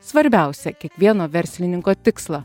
svarbiausią kiekvieno verslininko tikslą